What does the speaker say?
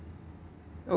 okay